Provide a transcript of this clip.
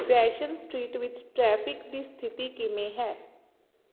fashion street ਵਿੱਚ traffic ਦੀ ਸਥਿਤੀ ਕਿਵੇਂ ਹੈ